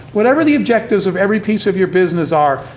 whatever the objectives of every piece of your business are,